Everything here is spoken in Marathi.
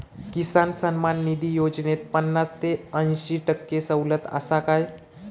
किसान सन्मान निधी योजनेत पन्नास ते अंयशी टक्के सवलत आसा काय?